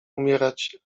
umierać